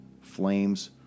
flames